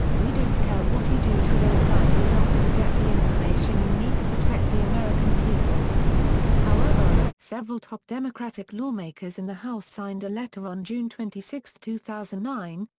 we don't care what you do to those guys as long as you get the information you need to protect the american people however, several top democratic lawmakers in the house signed a letter on june twenty six, two thousand and nine,